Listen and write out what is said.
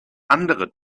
andere